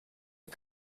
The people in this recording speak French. les